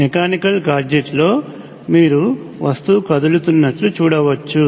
mechanical గాడ్జెట్లో మీరు వస్తువు కదులుతున్నట్లు చూడవచ్చు